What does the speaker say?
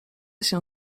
się